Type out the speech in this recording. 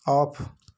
off